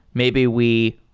maybe we,